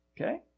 Okay